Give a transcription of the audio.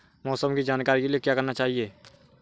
मौसम की जानकारी के लिए क्या करना चाहिए?